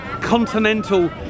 continental